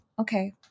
okay